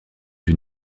une